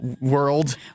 world